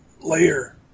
layer